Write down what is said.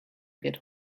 get